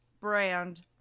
brand